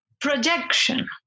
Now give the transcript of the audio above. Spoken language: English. projection